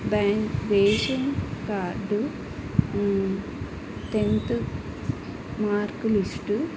bank ration card tenth mark list